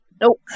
nope